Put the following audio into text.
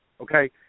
okay